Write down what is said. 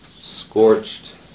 scorched